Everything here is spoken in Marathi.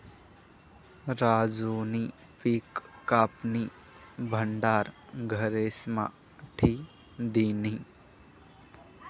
राजूनी पिक कापीन भंडार घरेस्मा ठी दिन्हं